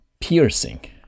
piercing